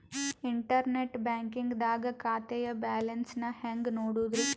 Internet banking ದಾಗ ಖಾತೆಯ balance ನ ಹೆಂಗ್ ನೋಡುದ್ರಿ?